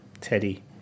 Teddy